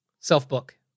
self-book